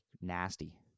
nasty